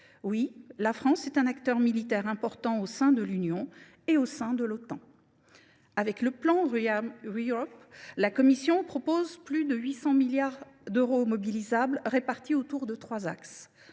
Oui, la France est un acteur militaire important au sein de l’Union et au sein de l’Otan. Avec le plan ReArm Europe, la Commission propose plus de 800 milliards d’euros mobilisables répartis autour de trois axes